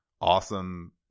awesome